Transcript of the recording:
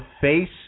face